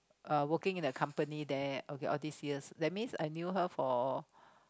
working in a company there okay all these years that means I knew her for